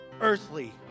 earthly